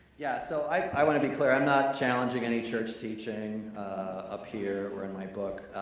yeah, so i wanna be clear. i'm not challenging any church teaching up here or in my book.